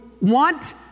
want